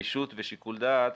גמישות ושיקול דעת